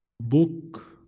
book